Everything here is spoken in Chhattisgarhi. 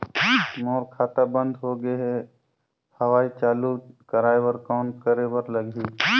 मोर खाता बंद हो गे हवय चालू कराय बर कौन करे बर लगही?